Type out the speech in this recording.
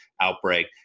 outbreak